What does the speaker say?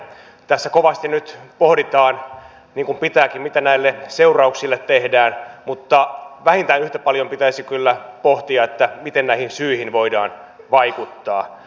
tässä kovasti nyt pohditaan niin kuin pitääkin mitä näille seurauksille tehdään mutta vähintään yhtä paljon pitäisi kyllä pohtia miten näihin syihin voidaan vaikuttaa